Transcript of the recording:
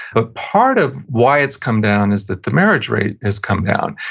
but part of why it's come down is that the marriage rate has come down.